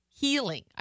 healing